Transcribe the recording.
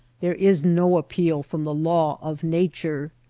there is no appeal from the law of nature.